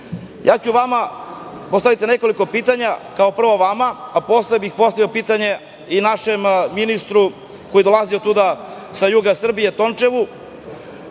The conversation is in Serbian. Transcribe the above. ja ću vama postaviti nekoliko pitanja. Kao prvo vama, a posle bih postavio pitanja i našem ministru koji dolazi sa juga Srbije, Tončevu. Prvo